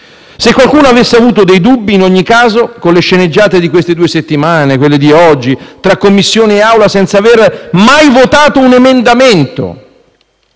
Se qualcuno avesse dei dubbi, in ogni caso, ci sono le sceneggiate di queste due settimane e quelle di oggi, tra Commissione e Assemblea, senza aver mai votato un emendamento.